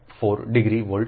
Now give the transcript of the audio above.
4 degree volt છે